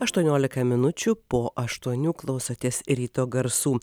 aštuoniolika minučių po aštuonių klausotės ryto garsų